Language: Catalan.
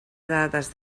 dades